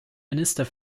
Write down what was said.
minister